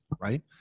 Right